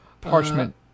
Parchment